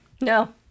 No